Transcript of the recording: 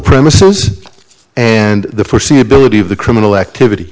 premises and the foreseeability of the criminal activity